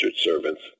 servants